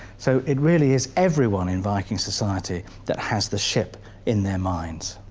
so it really is everyone in viking society that has the ship in their minds.